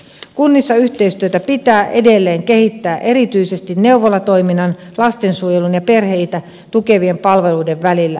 kunnissa yhteistyötä pitää edelleen kehittää erityisesti neuvolatoiminnan lastensuojelun ja perheitä tukevien palveluiden välillä